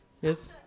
Yes